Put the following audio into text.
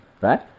right